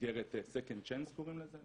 מסגרת סקנד צ'אנס קוראים לזה,